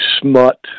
smut